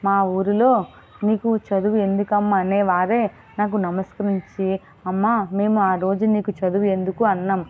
మా ఊరిలో నీకు చదువు ఎందుకమ్మా అనే వారు నాకు నమస్కరించి అమ్మా మేము ఆరోజు నీకు చదువు ఎందుకు అన్నాం